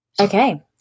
Okay